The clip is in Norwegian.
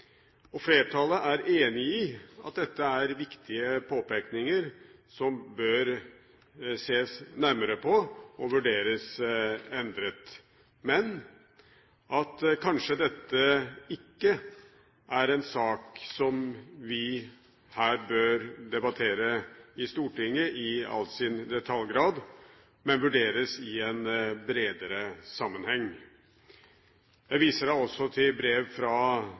endres. Flertallet er enig i at dette er viktige påpekninger, som bør ses nærmere på og vurderes endret, men at dette kanskje ikke er en sak vi bør debattere i detalj i Stortinget, men vurdere i en bredere sammenheng. Jeg viser til brev fra